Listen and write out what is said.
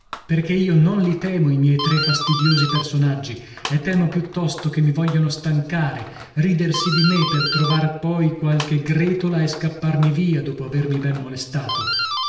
perchè io non li temo i miei tre fastidiosi personaggi e temo piuttosto che mi vogliano stancare ridersi di me per trovar poi qualche gretola e scapparmi via dopo avermi ben molestato